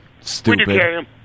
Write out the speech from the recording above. Stupid